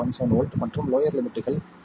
17 volt மற்றும் lower லிமிட்கள் 1 V